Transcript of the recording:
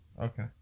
Okay